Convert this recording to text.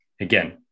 Again